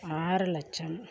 ஆறு லட்சம்